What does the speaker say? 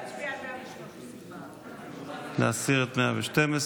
להצביע על 113. להסיר את 112,